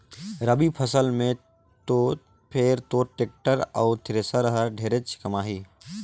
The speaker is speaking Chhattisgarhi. रवि फसल मे तो फिर तोर टेक्टर अउ थेरेसर हर ढेरेच कमाही